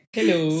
Hello